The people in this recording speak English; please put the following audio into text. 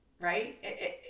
right